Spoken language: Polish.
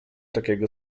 takiego